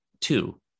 two